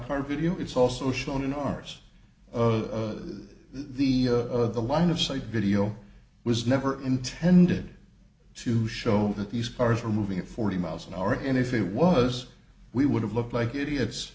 car video it's also shown in ours other than the of the line of sight video was never intended to show that these cars were moving at forty miles an hour and if it was we would have looked like idiots